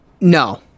No